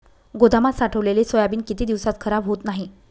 गोदामात साठवलेले सोयाबीन किती दिवस खराब होत नाही?